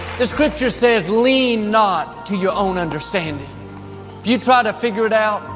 the scripture says lean not to your own understanding if you try to figure it out,